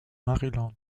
maryland